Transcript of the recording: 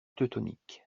teutonique